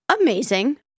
amazing